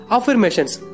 Affirmations